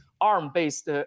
ARM-based